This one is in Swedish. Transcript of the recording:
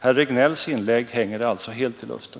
Herr Regnélls inlägg hänger alltså helt i luften.